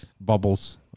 bubbles